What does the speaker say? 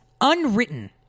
Unwritten